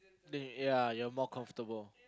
then you ya you're more comfortable